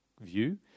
view